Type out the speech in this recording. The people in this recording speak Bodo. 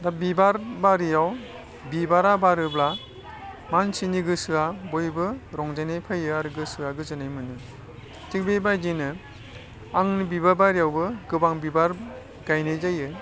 दा बिबार बारियाव बिबारा बारोब्ला मानसिनि गोसोआ बयबो रंजानाय फैयो आरो गोसोआ गोजोन्नाय मोनो थिग बेबायदिनो आंनि बिबार बारियावबो गोबां बिबार गायनाय जायो